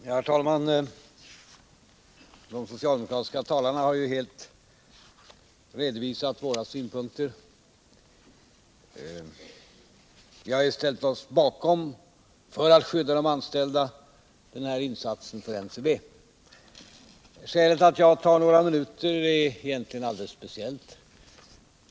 Herr talman! De socialdemokratiska talarna har helt redovisat våra synpunkter. Vi har ju för att skydda de anställda ställt oss bakom denna insats för NCB. Skälet till att jag tar några minuter i anspråk av kammarens tid är egentligen alldeles speciellt.